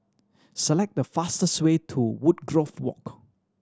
select the fastest way to Woodgrove Walk